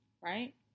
right